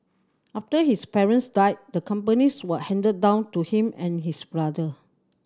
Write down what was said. after his parents died the companies were handed down to him and his brother